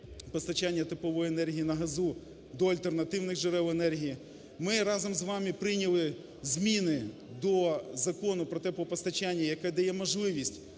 постачання теплової енергії на газу до альтернативних джерел енергії. Ми разом з вами прийняли зміни до Закону про теплопостачання, який дає можливість